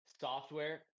Software